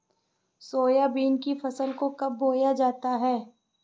Soybean की फसल को कब बोया जाता है?